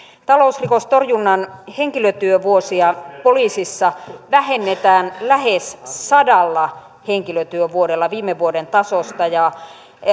talousrikostorjunnan henkilötyövuosia poliisissa vähennetään lähes sadalla henkilötyövuodella viime vuoden tasosta ja